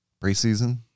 preseason